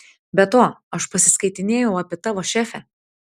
be to aš pasiskaitinėjau apie tavo šefę